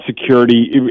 security